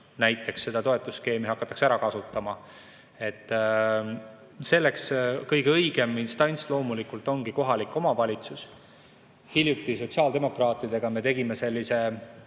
näiteks seda toetusskeemi hakatakse ära kasutama. Selleks kõige õigem instants loomulikult ongi kohalik omavalitsus. Hiljuti sotsiaaldemokraatidega me tegime sellise